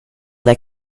like